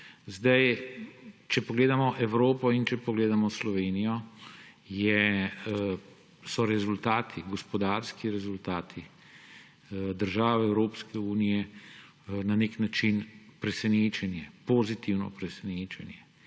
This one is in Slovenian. če pogledamo Slovenijo, so gospodarski rezultati države Evropske unije na nek način pozitivno presenečenje.